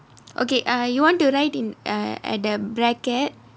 okay ah you want to write in err at the bracket